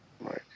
Right